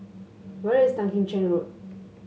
where is Tan Kim Cheng Road